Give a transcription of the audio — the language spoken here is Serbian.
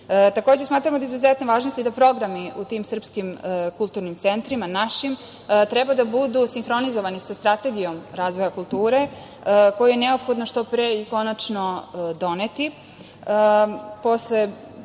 uvećati. Takođe, smatramo da je u izuzetnoj važnosti da programi u tim srpskim kulturnim centrima našim treba da budu sinhronizovani sa strategijom razvoja kulture koju je neophodno što pre i konačno doneti